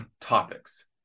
topics